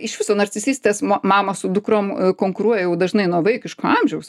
iš viso narcisistės mo mamos su dukrom konkuruoja jau dažnai nuo vaikiško amžiaus